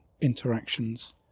interactions